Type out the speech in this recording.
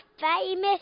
famous